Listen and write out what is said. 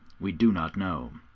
we do not know.